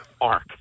arc